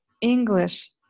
english